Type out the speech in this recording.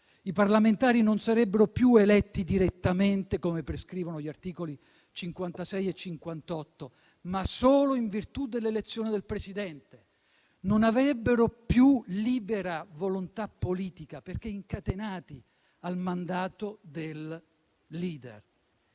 I parlamentari non sarebbero più eletti direttamente, come prescrivono gli articoli 56 e 58 della Costituzione, ma solo in virtù dell'elezione del Presidente; non avrebbero più libera volontà politica, perché incatenati al mandato del *leader*.